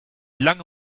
lange